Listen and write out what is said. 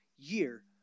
year